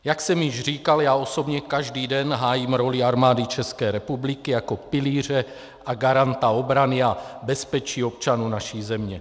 Jak jsem již říkal, já osobně každý den hájím roli Armády ČR jako pilíře a garanta obrany a bezpečí občanů naší země.